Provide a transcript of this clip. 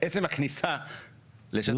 עצם הכניסה לשטח חקלאי.